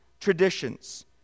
traditions